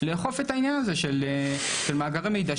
לאכוף את העניין הזה של מאגרי מידע,